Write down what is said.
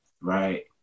Right